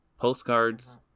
postcards